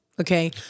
okay